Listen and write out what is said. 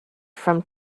from